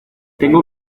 tengo